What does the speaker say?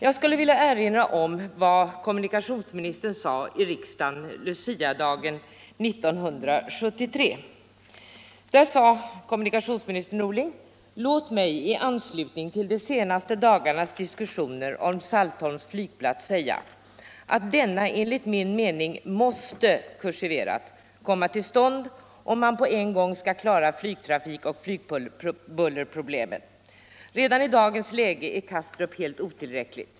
Jag skulle vilja erinra om vad kommunikationsminister Norling sade i riksdagen Luciadagen 1973: ”Låt mig i anslutning till de senaste dagarnas diskussioner om Saltholms flygplats säga att denna enligt min mening måste komma till stånd, om man på en gång skall klara flygtrafik och flygbullerproblemen. Redan i dagens läge är Kastrup helt otillräckligt.